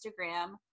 Instagram